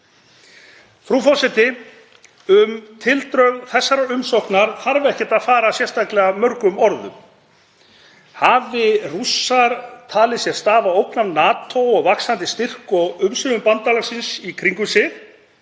Frú forseti. Um tildrög þessarar umsóknar þarf ekki að fara sérstaklega mörgum orðum. Hafi Rússar talið sér standa ógn af NATO og vaxandi styrk og umsvifum bandalagsins í kringum sig